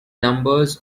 numbers